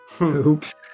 Oops